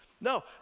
No